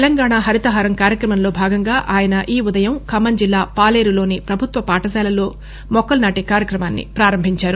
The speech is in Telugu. తెలంగాణ హరితహారం కార్యక్రమంలో భాగంగా ఆయన ఈ ఉదయం ఖమ్మం జిల్లా పాలేరు లోని ప్రభుత్వ పాఠశాలలు మొక్కలు నాటే కార్యక్రమాన్ని ప్రారంభించారు